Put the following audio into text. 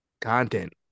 content